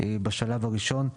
בשלב הראשון,